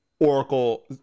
Oracle